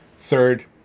Third